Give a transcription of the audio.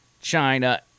China